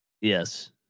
Yes